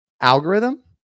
algorithm